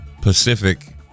Pacific